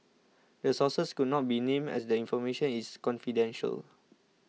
the sources could not be named as the information is confidential